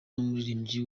n’umuririmbyi